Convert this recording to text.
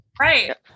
Right